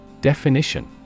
Definition